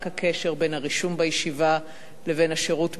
הקשר בין הרישום בישיבה לבין השירות בצבא.